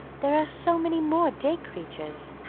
there are so many more day creatures.